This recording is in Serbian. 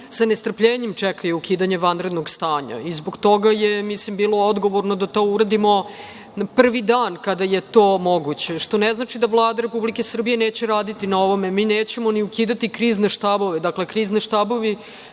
sa nestrpljenjem čekaju ukidanje vanrednog stanja. Zbog toga je bilo odgovorno da to uradimo prvi dan kada je to moguće, što ne znači da Vlada Republike Srbije neće raditi na ovome. Mi nećemo ni ukidati krizne štabove. Krizni štabovi